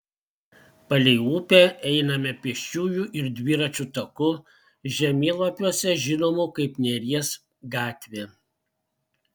palei upę einame pėsčiųjų ir dviračių taku žemėlapiuose žinomų kaip neries gatvė